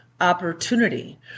opportunity